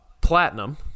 Platinum